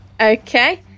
Okay